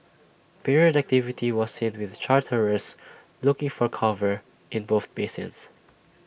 period activity was seen with charterers looking for cover in both basins